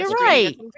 Right